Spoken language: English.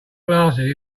glasses